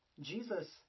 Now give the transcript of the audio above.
jesus